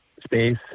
space